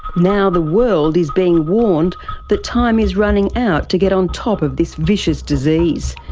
now the world is being warned that time is running out to get on top of this vicious disease.